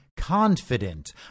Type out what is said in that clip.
confident